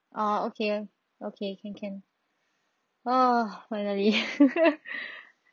orh okay okay can can !wah! finally